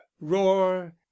roar